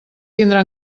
tindrà